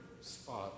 spot